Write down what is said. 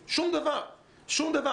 יש לנו 204 כיתות חינוך מיוחד ברחבי הארץ.